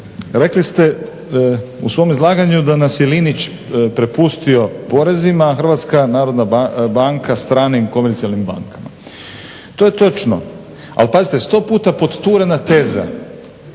Rekli ste u svom izlaganju da nas je Linić prepustio porezima, HNB stranim komercijalnim bankama. To je točno ali pazite sto puta pod turena teza